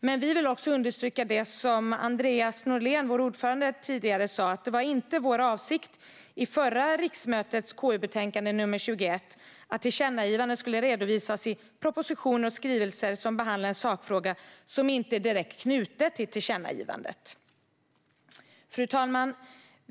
Men vi vill också understryka det som Andreas Norlén, vår ordförande, sa tidigare om att det inte var vår avsikt i förra riksmötets KU-betänkande nr 21 att tillkännagivanden skulle redovisas i propositioner och skrivelser som behandlar en sakfråga som inte är direkt knuten till tillkännagivandet. Fru talman!